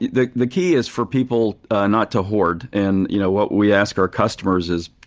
the the key is for people not to hoard. and, you know, what we ask our customers is,